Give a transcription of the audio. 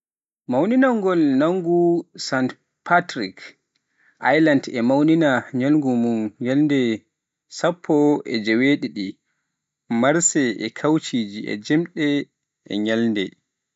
Mawningol ñalngu St. Patrick. Irlande ina mawnina ñalngu mum ñalnde sappo e jeeww didi marse e kewuuji, e jimɗi, e ñalɗi.